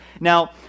Now